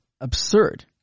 absurd